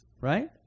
right